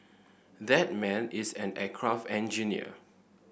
that man is an aircraft engineer